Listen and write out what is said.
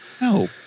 No